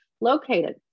located